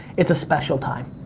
it's a special time.